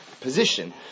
position